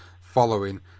following